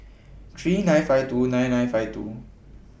three nine five two nine nine five two